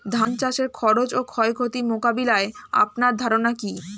ধান চাষের খরচ ও ক্ষয়ক্ষতি মোকাবিলায় আপনার ধারণা কী?